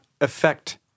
affect